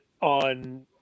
on